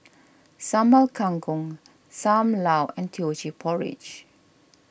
Sambal Kangkong Sam Lau and Teochew Porridge